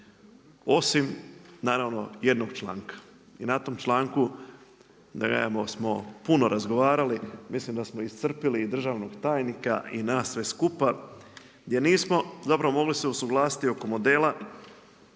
Osim naravno jednog članka i na tom članku …/Govornik se ne razumije./… smo puno razgovarali. Mislim da smo iscrpili i državnog tajnika i nas sve skupa, jer nismo dobro mogli se usuglasiti oko modela